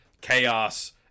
chaos